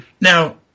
Now